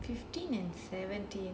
fifteen and seventeen